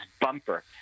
Bumper